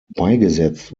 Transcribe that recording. beigesetzt